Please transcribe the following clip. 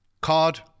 card